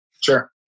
Sure